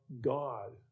god